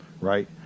right